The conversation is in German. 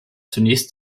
zunächst